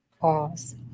Pause